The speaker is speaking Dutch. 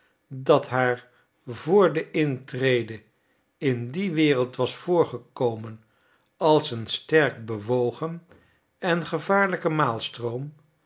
dat haar vr de intrede in die wereld was voorgekomen als een sterk bewogen en gevaarlijke